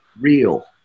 real